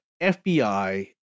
FBI